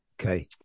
Okay